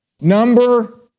Number